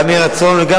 גם מרצון וגם,